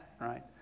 right